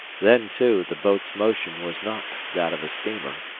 then, too, the boat's motion was not that of a steamer.